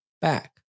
back